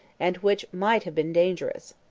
and which might have been dangerous.